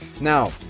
Now